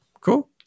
Cool